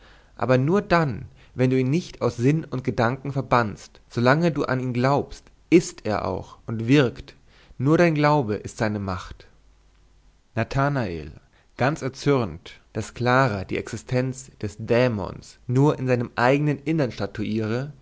aber nur dann wenn du ihn nicht aus sinn und gedanken verbannst solange du an ihn glaubst ist er auch und wirkt nur dein glaube ist seine macht nathanael ganz erzürnt daß clara die existenz des dämons nur in seinem eignen innern statuiere